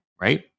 Right